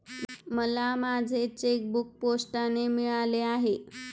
मला माझे चेकबूक पोस्टाने मिळाले आहे